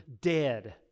dead